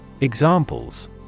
Examples